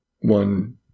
One